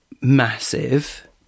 massive